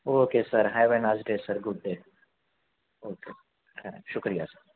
okay sir have a nice day sir good day okay thank شکریہ سر